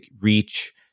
reach